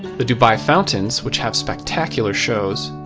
the dubai fountains, which have spectacular shows,